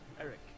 Eric